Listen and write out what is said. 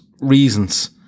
reasons